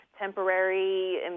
Temporary